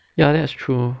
ya that's true